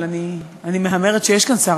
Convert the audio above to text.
אבל אני מהמרת שיש שר,